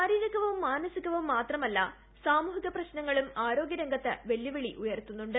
ശാരീരിക്കുറും മാനസികവും മാത്രമല്ല സാമൂഹിക പ്രശ്നങ്ങളും ആരോഗ്യ രംഗത്ത് വെല്ലുവിളി ഉയർത്തുന്നുണ്ട്